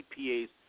EPA's